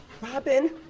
Robin